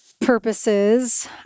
purposes